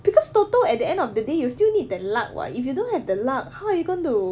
because toto at the end of the day you still need that luck [what] if you don't have the luck how are you gonna to